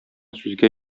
сүзгә